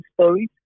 stories